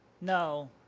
No